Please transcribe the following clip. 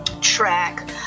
track